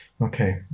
okay